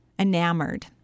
enamored